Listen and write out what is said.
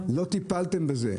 לא טיפלתם בזה.